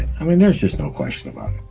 i mean there's just no question about